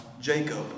Jacob